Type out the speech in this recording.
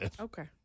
Okay